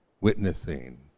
witnessing